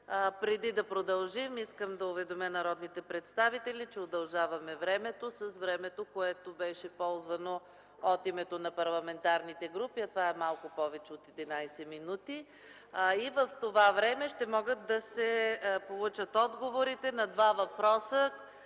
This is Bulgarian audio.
Преди да продължим, искам да уведомя народните представители, че удължаваме заседанието с времето, което беше ползвано от името на парламентарните групи, а това е малко повече от 11 минути. В това време ще могат да се получат отговорите на два въпроса